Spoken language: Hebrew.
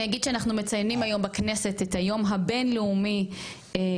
אני אגיד שאנחנו מציינים היום בכנסת את היום הבין לאומי להומופוביה,